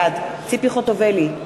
בעד ציפי חוטובלי,